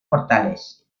portales